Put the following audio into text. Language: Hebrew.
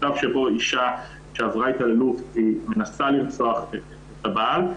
במצב שבו אישה שעברה התעללות והיא מנסה לרצוח את הבעל,